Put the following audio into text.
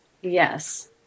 Yes